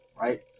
right